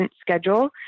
schedule